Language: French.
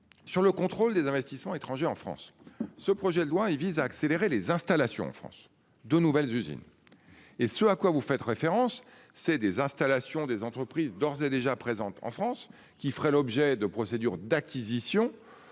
Sur le contrôle des investissements étrangers en France. Ce projet de loi et vise à accélérer les installations en France de nouvelles usines. Et ce à quoi vous faites référence c'est des installations des entreprises d'ores et déjà présente en France qui ferait l'objet de procédures d'acquisition